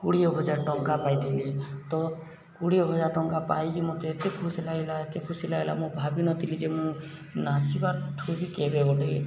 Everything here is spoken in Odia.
କୋଡ଼ିଏ ହଜାର ଟଙ୍କା ପାଇଥିଲି ତ କୋଡ଼ିଏ ହଜାର ଟଙ୍କା ପାଇକି ମୋତେ ଏତେ ଖୁସି ଲାଗିଲା ଏତେ ଖୁସି ଲାଗିଲା ମୁଁ ଭାବିନଥିଲି ଯେ ମୁଁ ନାଚିବାଠୁ ବି କେବେ ବୋଲି